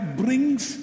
brings